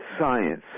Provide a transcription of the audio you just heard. science